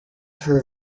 her